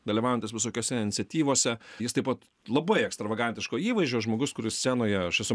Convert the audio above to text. dalyvaujantis visokiose iniciatyvose jis taip pat labai ekstravagantiško įvaizdžio žmogus kuris scenoje aš esu